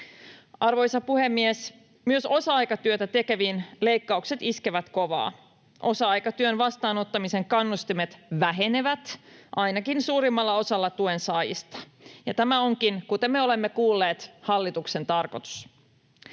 Arvoisa puhemies! Myös osa-aikatyötä tekeviin leikkaukset iskevät kovaa. Osa-aikatyön vastaanottamisen kannustimet vähenevät ainakin suurimmalla osalla tuen saajista. Ja tämä onkin, kuten me olemme kuulleet, hallituksen tarkoitus.